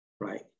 right